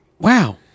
Wow